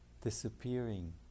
disappearing